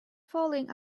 falling